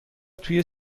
توی